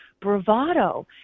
bravado